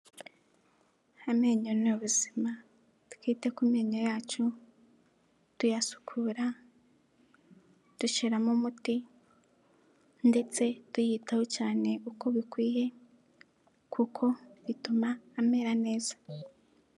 Amenyo ni ubuzima twite ku menyo yacu tuyasukura, dushyiramo umuti ndetse tuyitaho cyane uko bikwiye kuko bituma amera neza.